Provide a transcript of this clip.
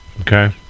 Okay